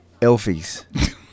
Elfies